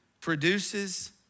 produces